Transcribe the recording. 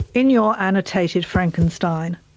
in your annotated frankenstein,